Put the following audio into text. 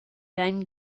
then